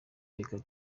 reka